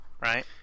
right